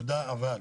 תודה, אבל,